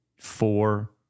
four